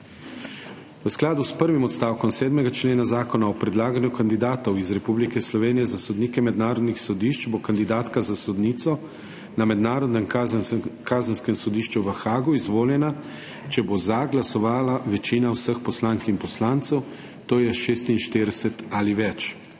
V skladu s prvim odstavkom 7. člena Zakona o predlaganju kandidatov iz Republike Slovenije za sodnike mednarodnih sodišč bo kandidatka za sodnico na Mednarodnem kazenskem sodišču v Haagu izvoljena, če bo za glasovala večina vseh poslank in poslancev, to je 46 ali več.